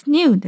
New